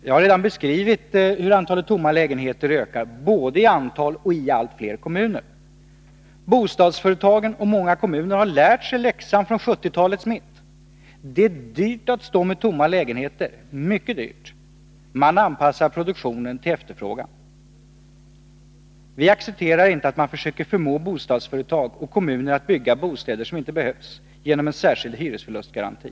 Jag har redan beskrivit hur antalet tomma lägenheter ökar, både i antal och i allt fler kommuner. Bostadsföretagen och många kommuner har lärt sig läxan från 1970-talets mitt. Det är dyrt att stå med tomma lägenheter — mycket dyrt. Man anpassar produktionen till efterfrågan. Nr 54 Vi accepterar inte att man försöker förmå bostadsföretag och kommuner Fredagen den att bygga bostäder som inte behövs, genom en särskild hyresförlustgaranti.